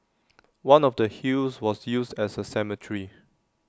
one of the hills was used as A cemetery